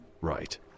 Right